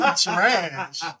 trash